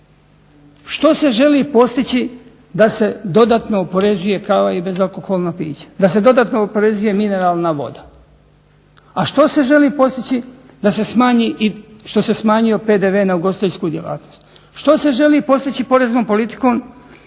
Što se želi postići da se dodatno oporezuje kava i bezalkoholna pića, da se dodatno oporezuje mineralna voda? A što se želi postići da se smanji što se smanjio PDV na ugostiteljsku djelatnost? Što se želi postići poreznom politikom